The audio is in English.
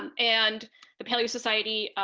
and and entire society,